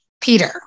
Peter